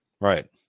Right